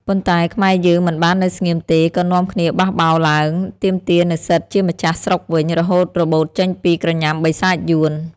ប៉ុន្តែ ខ្មែរយើងមិនបាននៅស្ងៀមទេ ក៏នាំគ្នាបះបោរឡើង ទាមទារនូវសិទ្ធិជាម្ចាស់ស្រុកវិញ រហូតរបូតចេញពីក្រញាំបិសាចយួន។